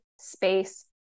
space